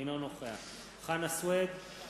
אינו נוכח חנא סוייד,